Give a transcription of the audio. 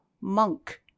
monk